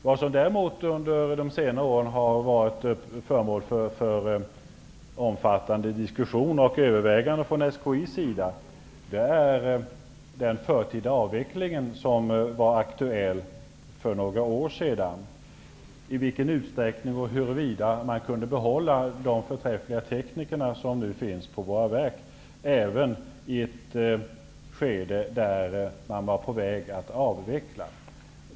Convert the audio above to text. Vad som däremot under senare år har varit föremål för omfattande diskussion och övervägande från SKI:s sida är den förtida avveckling som var aktuell för några år sedan och i vilken utsträckning och huruvida man kunde behålla de förträffliga tekniker som nu finns på våra verk, även i ett skede där man var på väg att avveckla verken.